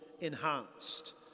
enhanced